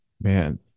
man